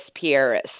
Pieris